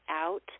out